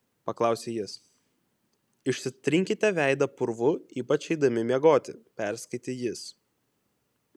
paklausė jis išsitrinkite veidą purvu ypač eidami miegoti perskaitė jis